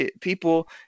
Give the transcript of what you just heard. People